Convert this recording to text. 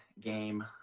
game